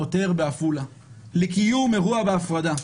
העותר בעפולה לקיום אירוע בהפרדה.